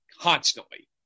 constantly